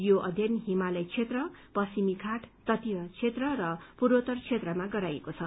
यो अध्यन हिमालय क्षेत्र पश्चिमी घाट तटीय क्षेत्र र पूर्वोत्तर क्षेत्रमा गराइएको छ